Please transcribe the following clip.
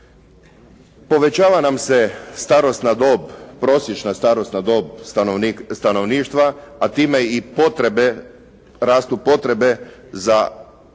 Povećava nam se starosna dob, prosječna starosna dob stanovništva, a time i rastu potrebe odnosno